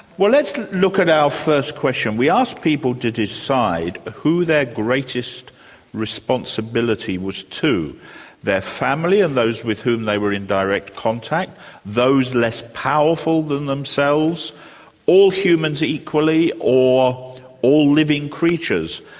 well let's look at our first question. we asked people to decide who their greatest responsibility was to their family and those with whom they were in direct contact those less powerful than themselves all humans equally or all living creatures.